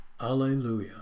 alleluia